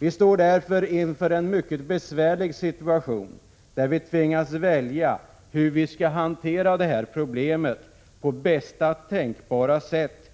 Vi står därför inför en mycket besvärlig situation, där vi tvingas välja hur vi ur nationell synvinkel skall hantera detta problem på bästa tänkbara sätt.